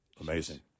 Amazing